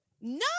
no